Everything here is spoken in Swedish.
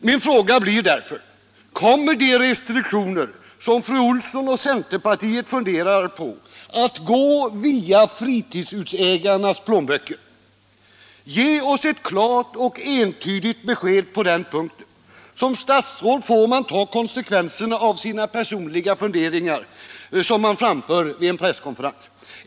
Min fråga blir därför: Kommer de restriktioner som fru Olsson och centerpartiet funderar på att sättas in på sådant vis att de får effekt på fritidshusägarnas plånböcker? Ge oss ett klart och entydigt besked på den punkten. Som statsråd får man ta konsekvenserna av sina personliga funderingar, som man framför vid en presskonferens.